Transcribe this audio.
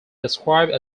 described